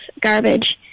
garbage